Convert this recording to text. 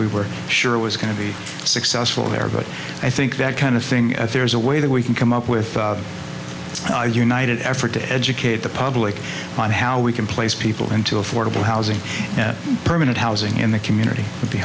we were sure was going to be successful there but i think that kind of thing there is a way that we can come up with our united effort to educate the public on how we can place people into affordable housing permanent housing in the community